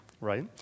right